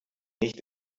nicht